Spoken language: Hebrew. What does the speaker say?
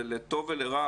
לטוב ולרע,